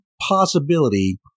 possibility